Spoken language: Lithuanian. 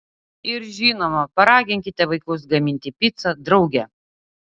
ir žinoma paraginkite vaikus gaminti picą drauge